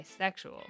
bisexual